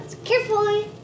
carefully